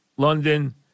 London